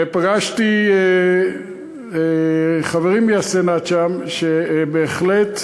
ופגשתי חברים מהסנאט שם, שהם בהחלט